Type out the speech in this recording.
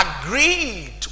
Agreed